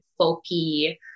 folky